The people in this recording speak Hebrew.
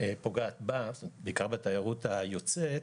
פוגעת בעיקר בתיירות היוצאת,